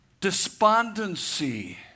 despondency